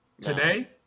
today